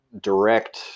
direct